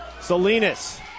Salinas